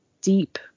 deep